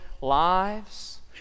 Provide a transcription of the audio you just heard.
lives